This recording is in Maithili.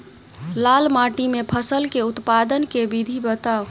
लाल माटि मे फसल केँ उत्पादन केँ विधि बताऊ?